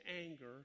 anger